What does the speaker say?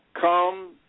Come